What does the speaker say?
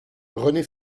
rené